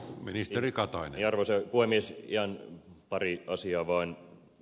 ministerikatoon ja rose voimissa ja ihan pari asiaa vaan